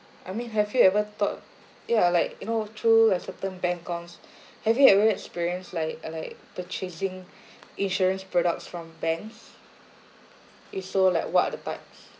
I mean have you ever thought ya like you know through a certain bank accounts have you ever experienced like uh like purchasing insurance products from banks if so like what are the types